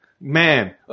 Man